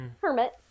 Hermit